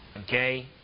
Okay